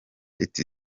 iti